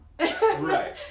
Right